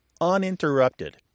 uninterrupted